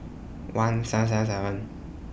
one seven seven seven